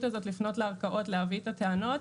הזו לפנות לערכאות להביא את הטענות,